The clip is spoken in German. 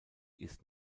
ist